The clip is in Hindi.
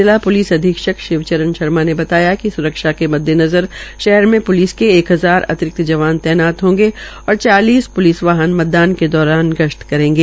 जिला प्लिस अधीक्षक शिव चरण शर्मा ने बताया कि स्रक्षा के मद्देनज़र शहर में प्लिस के एक हजार अतिरिक्त जवान तैनात होंगे और चालीस प्लिस वाहन मतदान के दौरान गश्त करेंगे